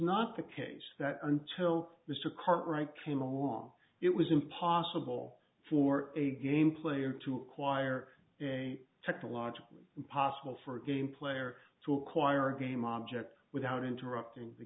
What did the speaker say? not the case that until the su cartwright came along it was impossible for a game player to acquire technologically possible for a game player to acquire a game object without interrupting the